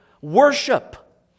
worship